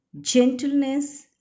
gentleness